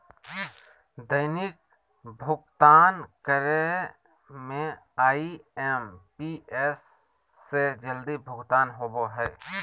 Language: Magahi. दैनिक भुक्तान करे में आई.एम.पी.एस से जल्दी भुगतान होबो हइ